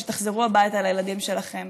כשתחזרו הביתה לילדים שלכם.